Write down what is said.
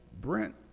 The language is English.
Brent